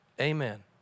Amen